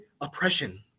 oppression